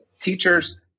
Teachers